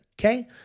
okay